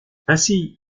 ainsi